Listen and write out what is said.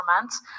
months